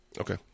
Okay